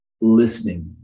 Listening